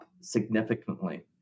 significantly